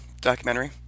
documentary